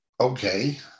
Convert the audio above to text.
Okay